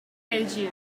belgium